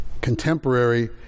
contemporary